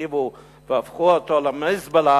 החריבו והפכו אותו למזבלה,